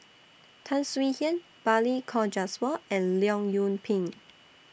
Tan Swie Hian Balli Kaur Jaswal and Leong Yoon Pin